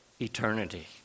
eternity